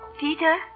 Peter